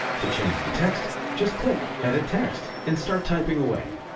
to change the text, just click edit text and start typing away.